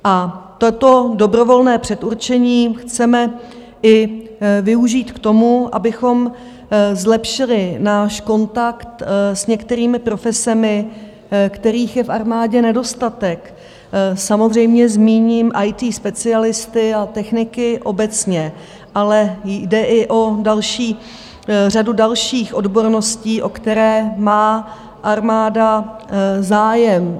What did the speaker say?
A toto dobrovolné předurčení chceme i využít k tomu, abychom zlepšili náš kontakt s některými profesemi, kterých je v armádě nedostatek, samozřejmě zmíním IT specialisty a techniky obecně, ale jde i o řadu dalších odborností, o které má armáda zájem.